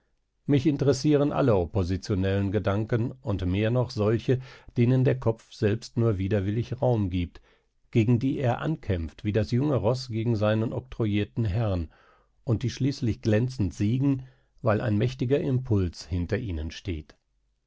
mich interessieren alle oppositionellen gedanken und mehr noch solche denen der kopf selbst nur widerwillig raum gibt gegen die er ankämpft wie das junge roß gegen seinen oktroyierten herrn und die schließlich glänzend siegen weil ein mächtiger impuls hinter ihnen steht